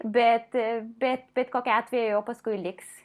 bet bet bet kokiu atveju paskui liks